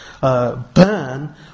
Burn